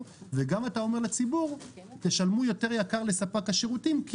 וגם אתה אומר לציבור תשלמו יותר יקר לספק השירותים כי